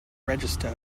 register